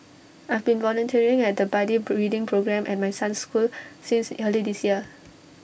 I've been volunteering at the buddy reading programme at my son's school since early this year